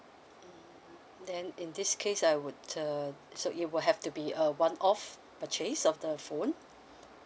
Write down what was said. mm then in this case I would uh so it will have to be a one off purchase of the phone